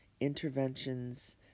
interventions